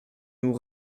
nous